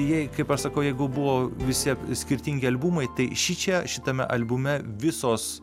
jei kaip aš sakau jeigu buvo visi skirtingi albumai tai šičia šitame albume visos